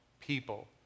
people